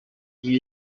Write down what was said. ibi